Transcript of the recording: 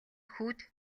хүүд